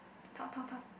talk talk talk